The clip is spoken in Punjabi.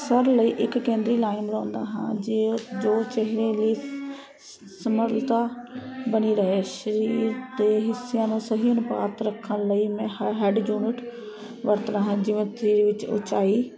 ਸਭ ਲਈ ਇੱਕ ਕੇਂਦਰੀ ਲਾਈਨ ਬਣਾਉਂਦਾ ਹਾਂ ਜੇ ਜੋ ਚਿਹਰੇ ਦੀ ਸਮਰੁਤਾ ਬਣੀ ਰਹੇ ਸਰੀਰ ਦੇ ਹਿੱਸਿਆਂ ਨੂੰ ਸਹੀ ਅਨੁਪਾਤ ਰੱਖਣ ਲਈ ਮੈਂ ਹ ਵਰਤਣਾ ਹਾਂ ਜਿਵੇਂ ਚੀਜ਼ ਉਚਾਈ